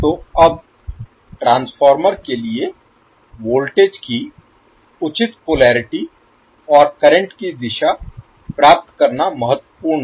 तो अब ट्रांसफॉर्मर के लिए वोल्टेज की उचित पोलेरिटी और करंट की दिशा प्राप्त करना महत्वपूर्ण है